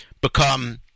become